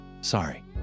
sorry